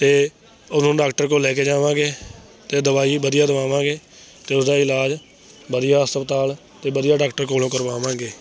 ਅਤੇ ਉਹਨੂੰ ਡਾਕਟਰ ਕੋਲ ਲੈ ਕੇ ਜਾਵਾਂਗੇ ਅਤੇ ਦਵਾਈ ਵਧੀਆ ਦਵਾਵਾਂਗੇ ਅਤੇ ਉਸਦਾ ਇਲਾਜ ਵਧੀਆ ਹਸਪਤਾਲ ਅਤੇ ਵਧੀਆ ਡਾਕਟਰ ਕੋਲੋਂ ਕਰਵਾਵਾਂਗੇ